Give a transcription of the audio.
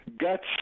Guts